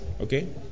Okay